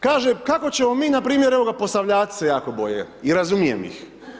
Kaže, kako ćemo mi npr. evo ga, Posavljaci se jako boje i razumijem ih.